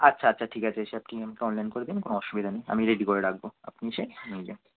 আচ্ছা আচ্ছা ঠিক আছে সে আপনি আমাকে অনলাইন করে দিন কোনো অসুবিধা নেই আমি রেডি করে রাখবো আপনি এসে নিয়ে যান